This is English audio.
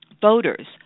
voters